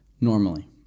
normally